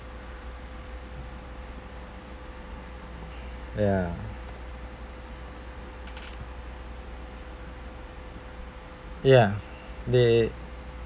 ya ya they